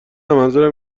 منظورم